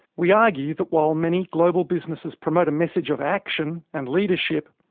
we argue that while many global businesses promote a message of action and leadership,